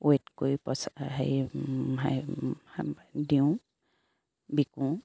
weight কৰি পইচা হেৰি দিওঁ বিকোঁ